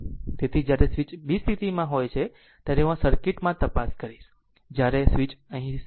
તેથી જ્યારે સ્વીચ સ્થિતિ b માં હોય છે ત્યારે હું આ સર્કિટ માં તપાસ કરીશ જ્યારે સ્વીચ અહીં સ્થિતિ b પર પર હોય છે